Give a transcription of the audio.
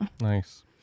Nice